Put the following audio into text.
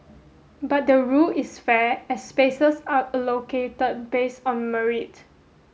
but the rule is fair as spaces are allocated based on merit